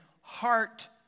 heart